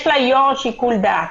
יש ליו"ר שיקול דעת.